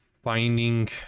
Finding